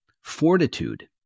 fortitude